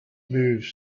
moved